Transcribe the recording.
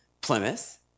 Plymouth